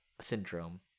syndrome